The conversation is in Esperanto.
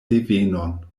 devenon